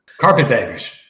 carpetbaggers